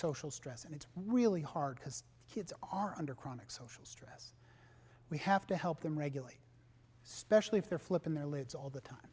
social stress and it's really hard because kids are under chronic social we have to help them regulate specially if they're flip in their lives all the time